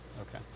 Okay